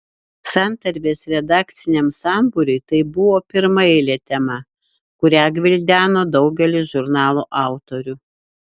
santarvės redakciniam sambūriui tai buvo pirmaeilė tema kurią gvildeno daugelis žurnalo autorių